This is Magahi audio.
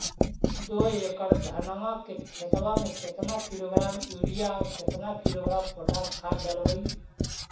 दो एकड़ धनमा के खेतबा में केतना किलोग्राम युरिया और केतना किलोग्राम पोटास खाद डलबई?